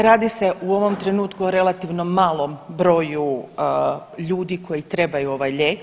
Radi se u ovom trenutku o relativno malom broju ljudi koji trebaju ovaj lijek.